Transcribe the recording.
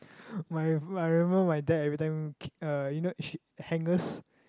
my I remember my dad every time kick uh you know she hangers